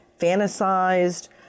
fantasized